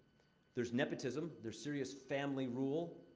there's nepotism there's serious family rule.